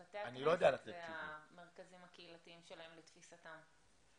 אני לא יודע לתת תשובות.